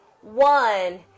One